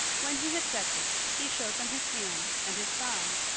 when he had said this, he showed them his hands and his side.